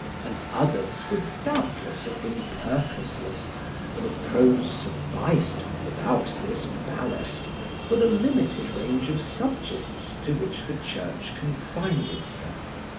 and others would doubtless have been purposeless for the prose sufficed without this ballast for the limited range of subjects to which the church confined itself.